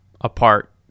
apart